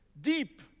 deep